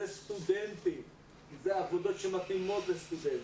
סטודנטים כי אלה העבודות שמתאימות לסטודנטים,